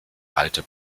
alte